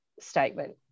statement